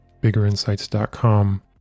biggerinsights.com